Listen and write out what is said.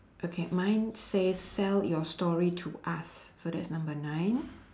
okay mine says sell your story to us so that's number nine